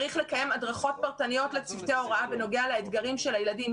צריך לקיים הדרכות פרטניות לצוותי הוראה בנוגע לאתגרים של הילדים.